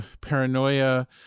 paranoia